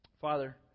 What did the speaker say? Father